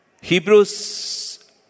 Hebrews